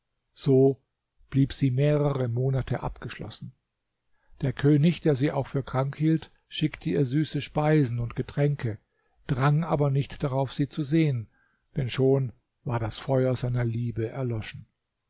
so blieb sie mehrere monate abgeschlossen der könig der sie auch für krank hielt schickte ihr süße speisen und getränke drang aber nicht darauf sie zu sehen denn schon war das feuer seiner liebe erloschen